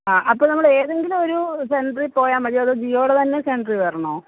ആ അപ്പോൾ നമ്മൾ ഏതെങ്കിലും ഒരു സെന്ററിൽ പോയാൽ മതിയോ അതോ ജിയോയുടെ തന്നെ സെന്ററിൽ വരണോ